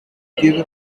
gives